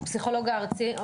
הפסיכולוג הארצי.